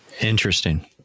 Interesting